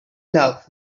love